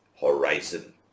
horizon